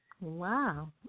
Wow